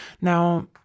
Now